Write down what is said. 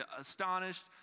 astonished